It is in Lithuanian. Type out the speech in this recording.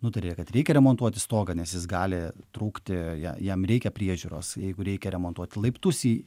nutarė kad reikia remontuoti stogą nes jis gali trūkti jei jam reikia priežiūros jeigu reikia remontuoti laiptus į